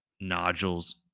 nodules